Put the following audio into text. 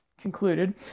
concluded